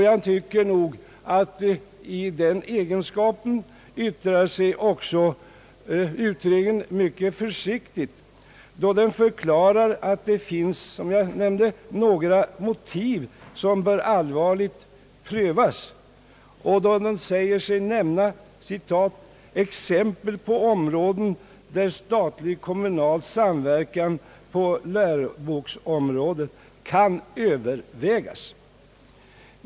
Jag tycker nog att utredningen i den egenskapen yttrar sig mycket försiktigt då den förklarar att det finns, som jag nämnde, några motiv som bör allvarligt prövas och då den säger sig nämna »exempel på områden där statligt-kommunal samverkan på läroboksområdet kan övervägas».